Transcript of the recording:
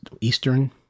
eastern